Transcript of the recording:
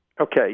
Okay